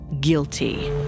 guilty